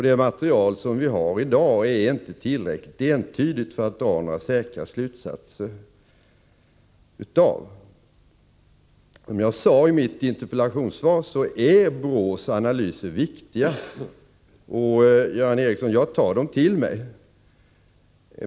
Det material som vi har i dag är inte tillräckligt entydigt för att man skall kunna dra några säkra slutsatser av det. Som jag sade i mitt interpellationssvar är BRÅ:s analyser viktiga, och jag tar dem till mig, Göran Ericsson.